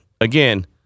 again